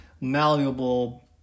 malleable